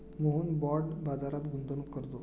Mohan bond बाजारात गुंतवणूक करतो